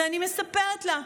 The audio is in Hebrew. ואני מספרת לה.